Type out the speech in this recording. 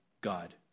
God